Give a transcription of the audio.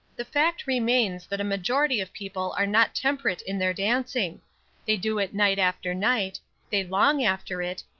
the fact remains that a majority of people are not temperate in their dancing they do it night after night they long after it,